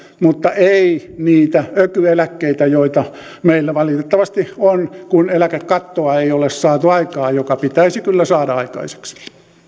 mutta ei niitä ökyeläkkeitä joita meillä valitettavasti on kun eläkekattoa ei ole saatu aikaan joka pitäisi kyllä saada aikaiseksi